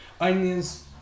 onions